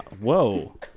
Whoa